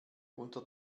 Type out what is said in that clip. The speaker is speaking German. unter